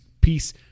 peace